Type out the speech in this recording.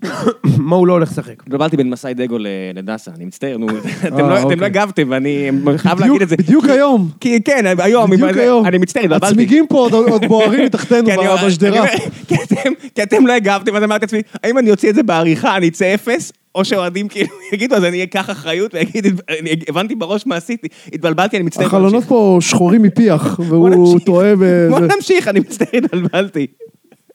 מה הוא לא הולך לשחק? התבלבלתי בין מסיידגו לדאסה, אני מצטער, אתם לא הגבתם, אני חייב להגיד את זה, בדיוק היום, כן, היום, אני מצטער, הצמיגים פה, עוד בוערים מתחתנו, בשדרה, כי אתם לא הגבתם, ואז אמרתי לעצמי, האם אני אוציא את זה בעריכה, אני אצא אפס, או שאוהדים, אז אני אקח אחריות, ואגיד, הבנתי בראש מה עשיתי, התבלבלתי, אני מצטער, החלונות פה שחורים מפיח, והוא טועה, נמשיך, אני מצטער, התבלבלתי.